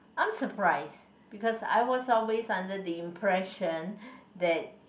I'm surprise because I was always under the impression that